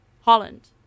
Holland